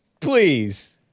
Please